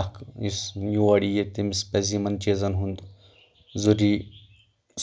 اکھ یُس یور یی تٔمِس پزِ یِمن چیٖزن ہُنٛد ضروٗری